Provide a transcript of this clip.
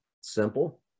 simple